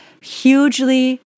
hugely